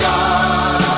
God